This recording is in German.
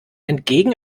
entgegen